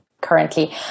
Currently